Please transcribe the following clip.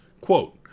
Quote